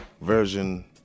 version